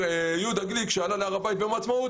יהודה גליק שעלה להר הבית ביום העצמאות